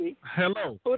Hello